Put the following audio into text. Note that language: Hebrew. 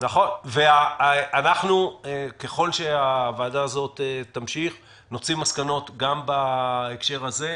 ככל שהוועדה הזאת תמשיך לפעול נוציא מסקנות גם בהקשר הזה.